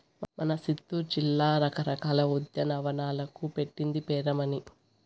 మన సిత్తూరు జిల్లా రకరకాల ఉద్యానవనాలకు పెట్టింది పేరమ్మన్నీ